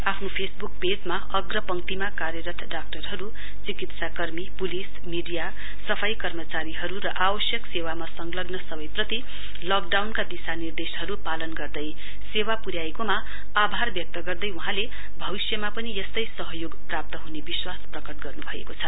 आफ्नो फेसबुक एकाउटमा अंग्रपतक्तिमा कार्यरत डाक्टरहरू चिकित्साकमी पुलिस मीडिया सफाई कर्मचारीहरू र आवश्यक सेवामा संलग्न सबैप्रति लकडाउनका दिशानिर्देसहरू पालन गर्दै सेवा पुर्याएकोमा आभार व्यक्त गर्दै वहाँले भविष्यमा पनि यस्तै सहयोगी प्राप्त हुने विश्वास व्यक्त गर्नुभएको छ